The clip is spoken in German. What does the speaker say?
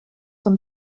von